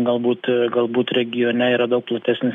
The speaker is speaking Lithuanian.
galbūt galbūt regione yra daug platesnis